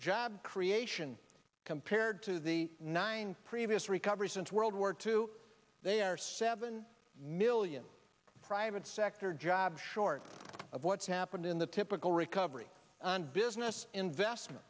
job creation compared to the nine previous recovery since world war two they are seven million private sector jobs short of what's happened in the typical recovery and business investment